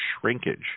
shrinkage